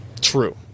True